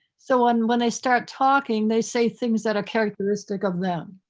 so on when i start talking, they say things that are characteristic of them.